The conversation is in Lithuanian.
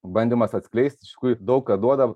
bandymas atskleist iš tikrųjų daug ką duoda